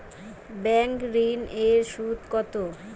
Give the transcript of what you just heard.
Bank ঋন এর সুদ কত?